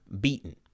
beaten